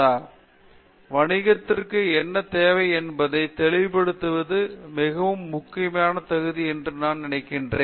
பேராசிரியர் உஷா மோகன் வணிகத்திற்கு என்ன தேவை என்பதை தெளிவுபடுத்துவது மிகவும் முக்கியமானது என்று நான் நினைக்கிறேன்